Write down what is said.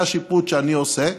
זה השיפוט שאני עושה,